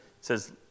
says